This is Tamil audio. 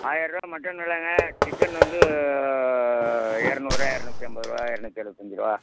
ஆயரூபா மட்டன் வெலைங்க சிக்கன் வந்து இரநூறு இரநூத்தி ஐம்பது ரூபா இரநூத்தி எழுபத்தஞ்சி ரூபா